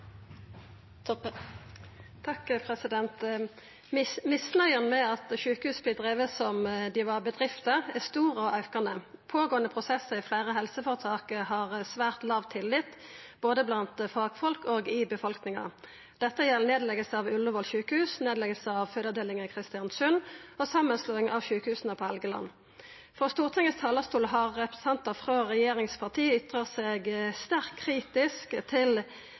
Toppe – til oppfølgingsspørsmål. Misnøya med at sjukehus vert drivne som om dei var bedrifter, er stor og aukande. Pågåande prosessar i fleire helseføretak har svært låg tillit, både blant fagfolk og i befolkninga. Dette gjeld nedlegging av Ullevål sjukehus, nedlegging av fødeavdelinga i Kristiansund og samanslåing av sjukehusa på Helgeland. Frå Stortingets talarstol har representantar frå regjeringsparti ytra seg sterkt kritisk til